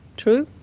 true?